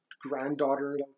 granddaughter